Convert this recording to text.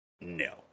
No